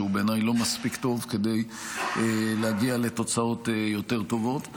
שבעיניי הוא לא מספיק טוב כדי להגיע לתוצאות יותר טובות.